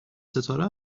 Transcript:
ستاره